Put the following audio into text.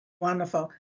Wonderful